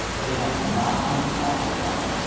they have not been called of god.